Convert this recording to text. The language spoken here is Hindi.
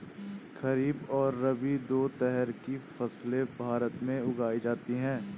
खरीप और रबी दो तरह की फैसले भारत में उगाई जाती है